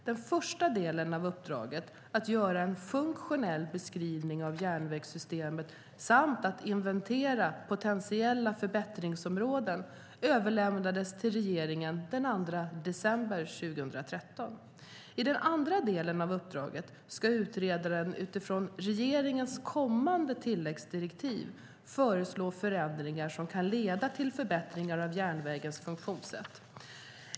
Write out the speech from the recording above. Den första delen av uppdraget - att göra en funktionell beskrivning av järnvägssystemet samt att inventera potentiella förbättringsområden - överlämnades till regeringen den 2 december 2013. I den andra delen av uppdraget ska utredaren, utifrån regeringens kommande tilläggsdirektiv, föreslå förändringar som kan leda till förbättringar av järnvägens funktionssätt.